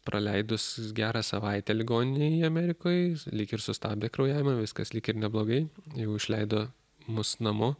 praleidus gerą savaitę ligoninėj amerikoj lyg ir sustabdė kraujavimą viskas lyg ir neblogai jau išleido mus namo